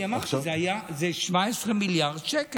אני אמרתי, זה 17 מיליארד שקל.